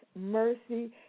mercy